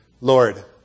Lord